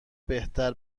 بهتر